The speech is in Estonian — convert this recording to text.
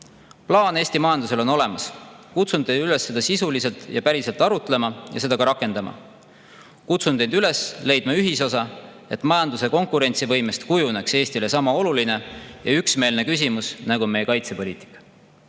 Plaan Eesti majandusele on olemas. Kutsun teid üles seda sisuliselt ja päriselt arutlema ja seda ka rakendama. Kutsun teid üles leidma ühisosa, et majanduse konkurentsivõime oleks Eesti jaoks [meie kõigi arvates] sama oluline küsimus nagu meie kaitsepoliitika.